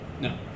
No